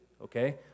okay